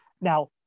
Now